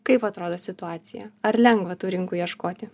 kaip atrodo situacija ar lengva tų rinkų ieškoti